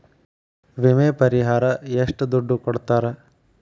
ವಿಮೆ ಪರಿಹಾರ ಎಷ್ಟ ದುಡ್ಡ ಕೊಡ್ತಾರ?